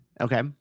Okay